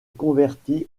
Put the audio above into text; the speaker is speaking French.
convertit